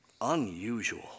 Unusual